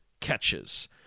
catches